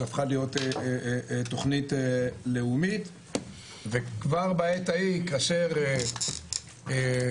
שהפכה להיות תוכנית לאומית וכבר בעת ההיא כאשר אמרתי